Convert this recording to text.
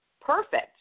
perfect